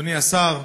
אדוני השר,